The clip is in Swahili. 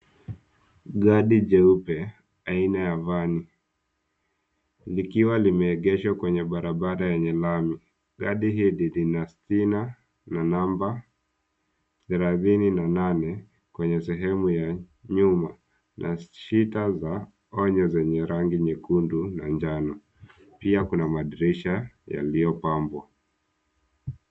Gari jeupe ana ya vani likiwa limeegeshwa kwenye barabara yenye lami. Gari hili lina stina na namba thelathini na nane kwenye sehemu ya nyuma na stika za onyo zenye rangi nyekundu na njano. Pia kuna madirisha yaliyopambwa.